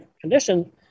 condition